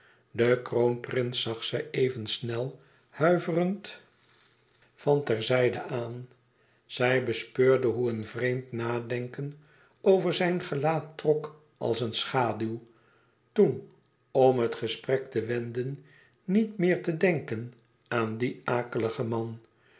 den kroonprins zag zij even snel huiverend van ter zijde aan zij bespeurde hoe een vreemd nadenken over zijn gelaat trok als een schaduw toen om het gesprek te wenden niet meer te denken aan dien akeligen man